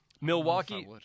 Milwaukee